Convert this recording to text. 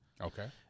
Okay